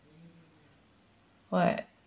what